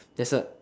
there's a